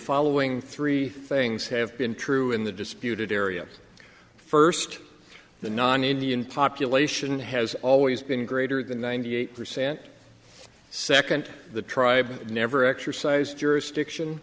following three things have been true in the disputed area first the non indian population has always been greater than ninety eight percent second the tribe never exercised jurisdiction